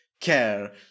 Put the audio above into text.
care